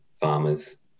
farmers